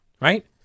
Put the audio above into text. right